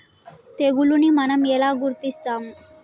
తెగులుని మనం ఎలా గుర్తిస్తాము?